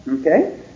okay